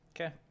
Okay